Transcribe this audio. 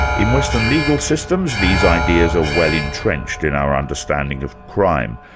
in western legal systems these ideas are well-entrenched in our understanding of crime.